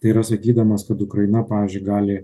tai yra sakydamas kad ukraina pavyzdžiui gali